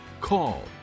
call